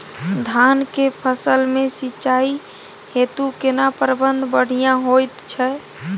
धान के फसल में सिंचाई हेतु केना प्रबंध बढ़िया होयत छै?